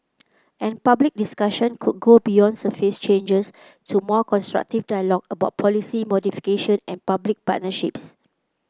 and public discussion could go beyond surface changes to more constructive dialogue about policy modification and public partnerships